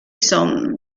sons